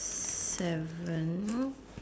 seven